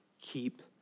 keep